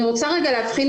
אני רוצה רגע להתחיל,